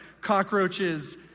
cockroaches